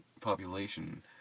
population